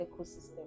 ecosystem